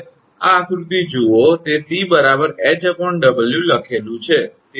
આ આકૃતિ જુઓ તે 𝑐 𝐻𝑊 લખેલું છે